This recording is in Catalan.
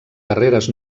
darreres